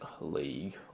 league